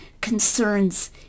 concerns